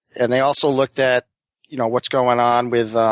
and they also looked at you know what's going on with